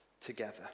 together